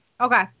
Okay